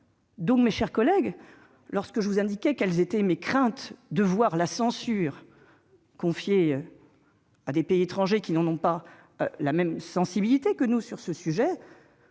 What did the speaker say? cas ! Mes chers collègues, je vous avais fait part de mes craintes de voir la censure confiée à des pays étrangers qui n'ont pas la même sensibilité que nous sur ce sujet.